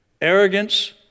arrogance